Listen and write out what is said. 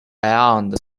beyond